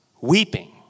weeping